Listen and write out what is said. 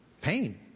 pain